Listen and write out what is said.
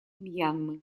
мьянмы